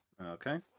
Okay